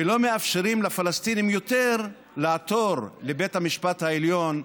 ולא מאפשרים לפלסטינים יותר לעתור לבית המשפט העליון,